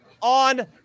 on